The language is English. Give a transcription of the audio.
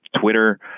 Twitter